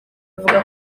ivuga